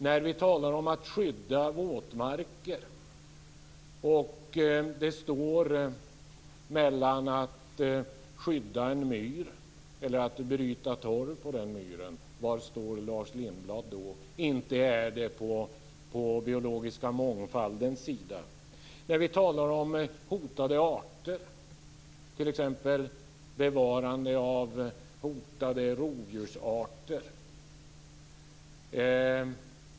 När vi talar om att skydda våtmarker och det står mellan att skydda en myr eller att bryta torv på den myren - var står Lars Lindblad då? Inte på den biologiska mångfaldens sida. Och när vi talar om hotade arter, t.ex. om bevarande av hotade rovdjursarter?